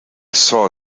saw